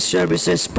Services